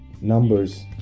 numbers